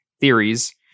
theories